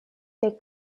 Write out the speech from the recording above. they